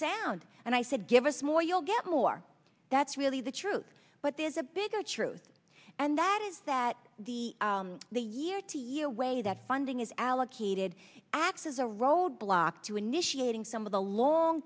sound and i said give us more you'll get more that's really the truth but there's a bigger truth and that is that the the year to year way that funding is allocated x is a roadblock to initiating some of the long